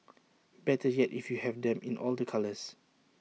better yet if you have them in all the colours